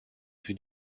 für